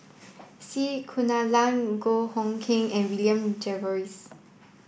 C Kunalan Goh Hood Keng and William Jervois